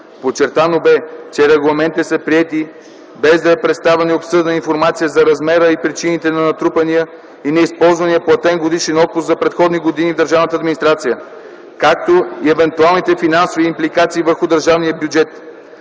Подчертано бе, че регламентите са приети без да е представена и обсъдена информация за размера и причините на натрупания и неизползван платен годишен отпуск за предходни години в държавната администрация, както и евентуалните финансови импликации върху държавния бюджет.